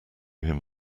him